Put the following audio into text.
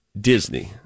Disney